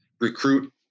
recruit